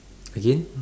again